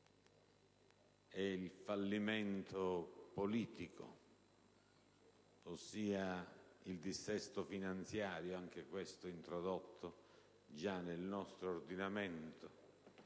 ed il fallimento politico, ossia il dissesto finanziario, anch'esso introdotto già nel nostro ordinamento,